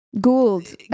Gould